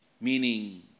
meaning